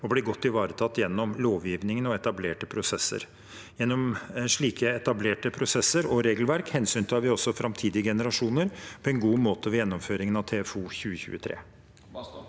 og blir godt ivaretatt gjennom lovgivning og etablerte prosesser. Gjennom slike etablerte prosesser og regelverk hensyntar vi også framtidige generasjoner på en god måte ved gjennomføringen av TFO 2023.